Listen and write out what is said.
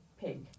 pig